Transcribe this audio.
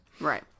Right